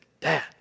Dad